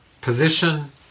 Position